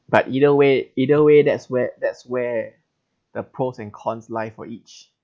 but either way either way that's where that's where the pros and cons lie for each